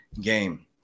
game